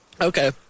Okay